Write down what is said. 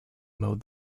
mowed